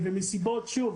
שוב,